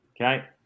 Okay